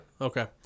Okay